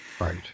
Right